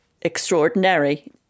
extraordinary